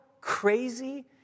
crazy